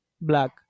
black